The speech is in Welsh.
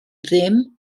ddim